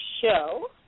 show